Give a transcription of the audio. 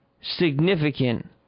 significant